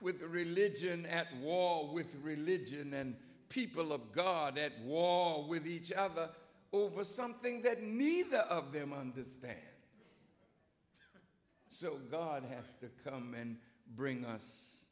with the religion atwal with religion and people of god that wall with each other over something that neither of them understand so god have to come and bring us